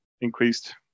increased